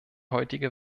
heutige